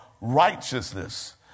righteousness